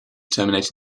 terminate